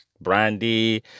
Brandy